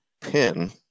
pin